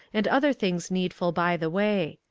and other things needful by the way.